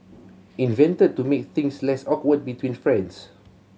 invented to make things less awkward between friends